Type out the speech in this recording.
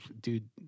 dude